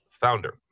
founder